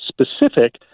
specific